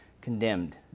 condemned